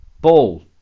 ball